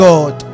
God